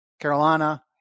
Carolina